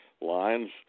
lines